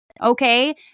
Okay